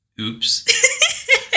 Oops